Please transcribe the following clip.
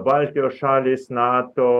baltijos šalys nato